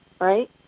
right